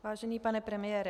Vážený pane premiére.